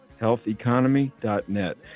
healtheconomy.net